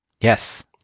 Yes